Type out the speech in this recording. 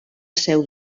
seu